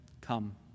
Come